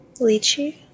Lychee